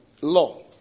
law